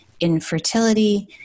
infertility